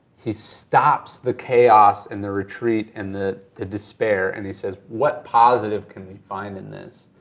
he stops the chaos and the retreat and the the despair and he says, what positive can we find in this?